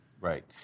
Right